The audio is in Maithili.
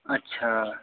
अच्छा